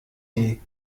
die